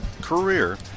career